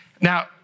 Now